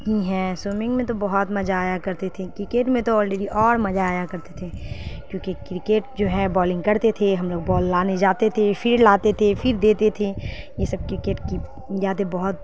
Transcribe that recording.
کی ہیں سوئمنگ میں تو بہت مزہ آیا کرتی تھی کرکٹ میں تو آلریڈی اور مزہ آیا کرتے تھے کیونکہ کرکٹ جو ہے بالنگ کرتے تھے ہم لوگ بال لانے جاتے تھے پھر لاتے تھے پھر دیتے تھے یہ سب کرکٹ کی یادیں بہت